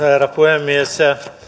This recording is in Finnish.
herra puhemies